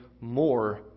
more